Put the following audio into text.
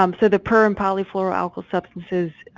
um so the per and polyfluoroalkyl substances,